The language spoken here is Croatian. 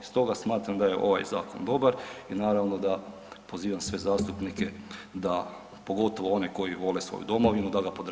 Stoga smatram da je ovaj zakon dobar i naravno da pozivam sve zastupnike da, pogotovo one koji vole svoju domovinu da ga podrže.